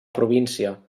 província